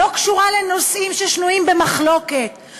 לא קשורות לנושאים ששנויים במחלוקת,